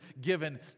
given